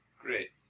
Great